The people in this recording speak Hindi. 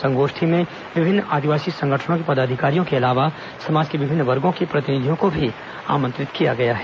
संगोष्ठी में विभिन्न आदिवासी संगठनों के पदाधिकारियों के अलावा समाज के विभिन्न वर्गो के प्रतिनिधियों को भी आमंत्रित किया गया है